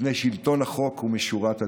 מפני שלטון החוק ומשורת הדין.